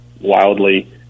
wildly